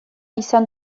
izan